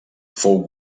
fou